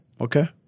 Okay